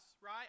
right